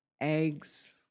Eggs